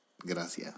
Gracias